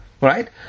Right